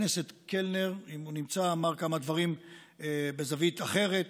חבר הכנסת קלנר אמר כמה דברים בזווית אחרת.